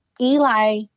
Eli